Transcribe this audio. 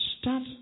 start